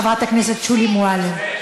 חברת הכנסת שולי מועלם.